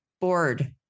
Board